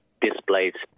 displaced